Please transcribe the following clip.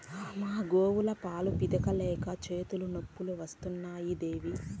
మా గోవుల పాలు పితిక లేక చేతులు నొప్పులు వస్తున్నాయి దేవీ